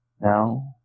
Now